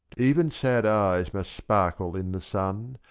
even sad eyes must sparkle in the sun,